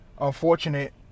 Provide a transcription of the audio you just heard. unfortunate